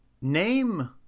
name